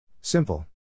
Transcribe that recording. Simple